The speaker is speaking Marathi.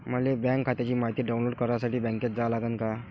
मले बँक खात्याची मायती डाऊनलोड करासाठी बँकेत जा लागन का?